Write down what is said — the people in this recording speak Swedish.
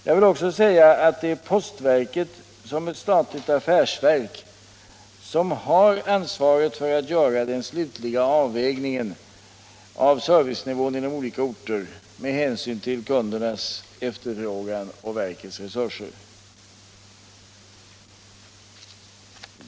Jag vill också säga att det är postverket som statligt affärsverk som har ansvaret för att göra den slutliga avvägningen av servicenivån på olika orter med hänsyn till kundernas efterfrågan och verkets resurser.